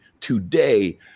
today